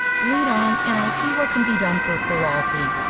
lead on, and i'll see what can be done for ferralti.